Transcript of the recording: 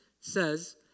says